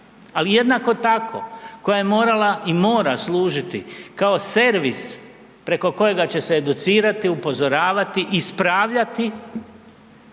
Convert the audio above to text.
ali jednako tako koja je morala i mora služiti kao servis preko kojega će se educirati, upozoravati, ispravljati